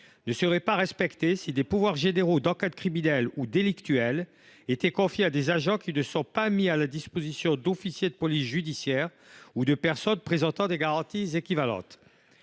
ne serait pas respectée si des pouvoirs généraux d’enquête criminelle ou délictuelle étaient confiés à des agents qui ne sont pas mis à la disposition d’officiers de police judiciaire ou de personnes présentant des garanties équivalentes.